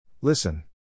Listen